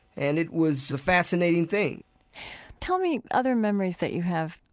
and it was a fascinating thing tell me other memories that you have,